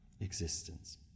existence